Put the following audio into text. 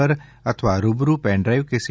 પર અથવા રૂબરૂ પેન ડ્રાઈવ કે સી